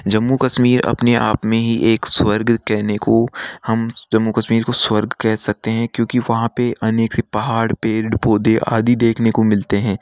जम्मू कश्मीर अपने आप में ही एक स्वर्ग कहने को हम जम्मू कश्मीर को स्वर्ग कह सकते हैं क्योंकि वहाँ पे अनेक से पहाड़ पेड़ पौधे आदि देखने को मिलते हैं